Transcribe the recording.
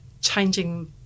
changing